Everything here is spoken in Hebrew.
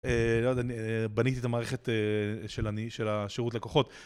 בניתי את המערכת של השירות לקוחות